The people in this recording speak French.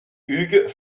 hugues